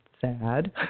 sad